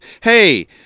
Hey